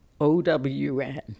OWN